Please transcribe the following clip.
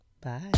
bye